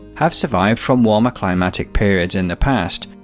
have survived from warmer climatic periods in the past,